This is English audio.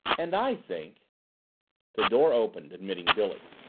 and i think the door opened, admitting billy.